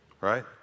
right